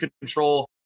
control